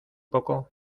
poco